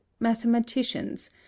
mathematicians